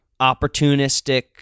opportunistic